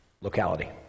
locality